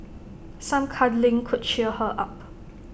some cuddling could cheer her up